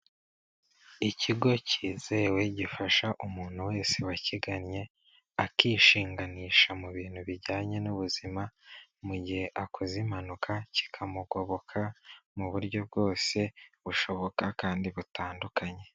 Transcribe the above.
Ikigo cyizewe gifasha umuntu wese wakigannye akishinganisha mu bintu bijyanye n'ubuzima, mu gihe akoze impanuka kikamugoboka mu buryo bwose bushoboka kandi butandukanye.